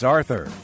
Arthur